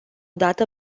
dată